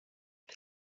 com